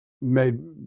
made